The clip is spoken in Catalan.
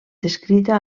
descrita